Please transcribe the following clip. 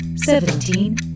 Seventeen